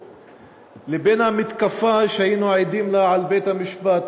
לבין המתקפה שהיינו עדים לה על בית-המשפט,